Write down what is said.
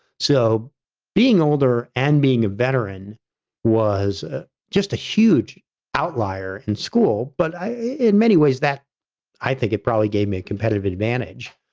so being older and being a veteran was ah just a huge outlier in school, but in many ways that i think it probably gave me a competitive advantage.